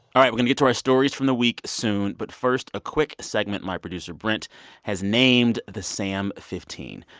all right we're going get to our stories from the week soon. but first a quick segment my producer brent has named the sam fifteen.